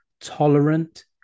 tolerant